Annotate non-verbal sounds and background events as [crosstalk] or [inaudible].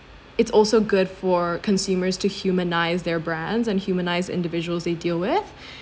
it's also good for consumers to humanise their brands and humanise individuals deal with [breath] and